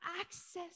access